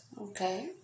Okay